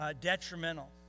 detrimental